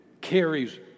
carries